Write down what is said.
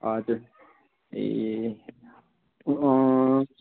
हजुर ए